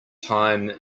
time